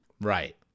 Right